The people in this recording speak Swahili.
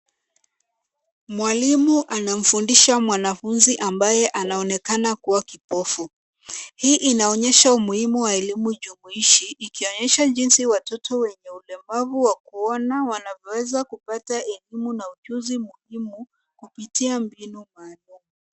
Mwalimu anamfundisha mwanafunzi ambaye anaonekana kuwa kipofu. Hii inaonyesha umuhimu wa elimu jumuishi ikionyesha jinsi watoto wenye ulemavu wa kuona wanavyoweza kupata elimu na ujuzi muhimu kupitia mbinu mbadala.